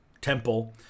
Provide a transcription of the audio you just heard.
temple